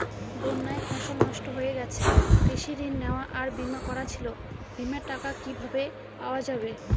বন্যায় ফসল নষ্ট হয়ে গেছে কৃষি ঋণ নেওয়া আর বিমা করা ছিল বিমার টাকা কিভাবে পাওয়া যাবে?